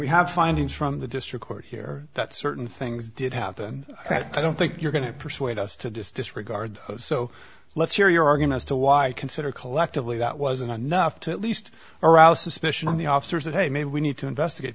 we have findings from the district court here that certain things did happen i don't think you're going to persuade us to just disregard so let's hear your arguments to why i consider collectively that wasn't enough to at least arouse suspicion on the officers that hey maybe we need to investigate